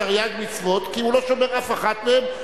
הוא לא שומר תרי"ג מצוות כי הוא לא שומר אף אחת מהן,